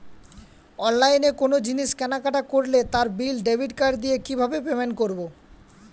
অনলাইনে কোনো জিনিস কেনাকাটা করলে তার বিল ডেবিট কার্ড দিয়ে কিভাবে পেমেন্ট করবো?